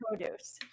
produce